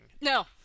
No